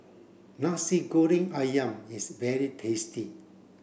Nasi Goreng Ayam is very tasty